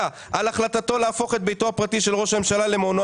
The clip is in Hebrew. על החלטתו להפוך את ביתו הפרטי של ראש הממשלה למעונו